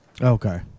Okay